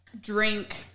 drink